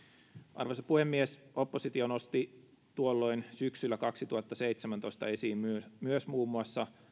arvoisa puhemies oppositio nosti tuolloin syksyllä kaksituhattaseitsemäntoista esiin myös myös muun muassa